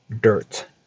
dirt